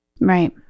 Right